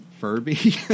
Furby